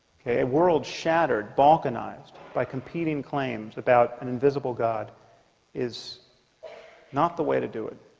okay world shattered balkanized by competing claims about an invisible god is not the way to do it